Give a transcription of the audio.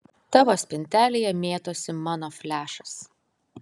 tavo spintelėje mėtosi mano flešas